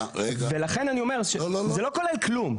ולכן אני אומר שזה לא כולל כלום.